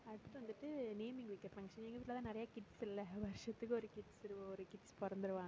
அடுத்து வந்துட்டு நேம் வைக்கிற ஃபங்க்ஷன் எங்கள் வீட்டில் தான் நிறையா கிட்ஸ்சுல்ல வருஷத்துக்கு ஒரு கிட்ஸு ஒரு கிட்ஸ் பிறந்துருவாங்க